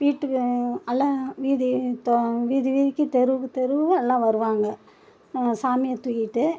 வீட்டுக்கு எல்லாம் வீதி வீதி வீதிக்கு தெருவுக்கு தெரு எல்லாம் வருவாங்க சாமியை தூக்கிகிட்டு